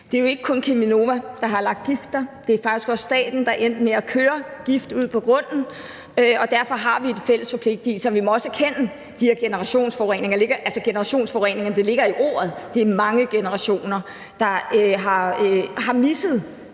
Det er jo ikke kun Cheminova, der har lagt gift der, men det er faktisk også staten, der endte med at køre gift ud på grunden, og derfor har vi en fælles forpligtigelse der. Og vi må også erkende i forhold til de her generationsforureninger – altså, det ligger i ordet – at det er mange generationer, der har misset